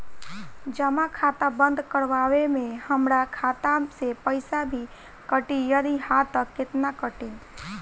जमा खाता बंद करवावे मे हमरा खाता से पईसा भी कटी यदि हा त केतना कटी?